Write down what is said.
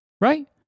Right